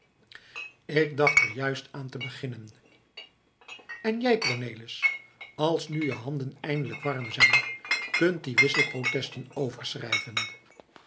ik dacht er juist aan te beginnen en jij cornelis als nu je handen eindelijk warm zijn kunt die